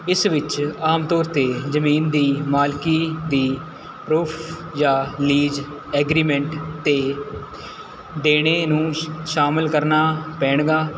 ਇਸ ਵਿੱਚ ਆਮ ਤੌਰ 'ਤੇ ਜ਼ਮੀਨ ਦੀ ਮਾਲਕੀ ਦੀ ਪ੍ਰੋਫ ਜਾਂ ਲੀਜ਼ ਐਗਰੀਮੈਂਟ 'ਤੇ ਦੇਣੇ ਨੂੰ ਸ਼ ਸ਼ਾਮਿਲ ਕਰਨਾ ਪੈਣਗਾ